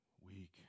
weak